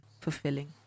fulfilling